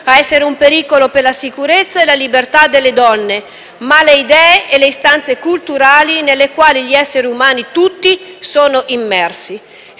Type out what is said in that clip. a essere un pericolo per la sicurezza e la libertà delle donne, ma le idee e le istanze culturali nelle quali gli esseri umani tutti sono immersi.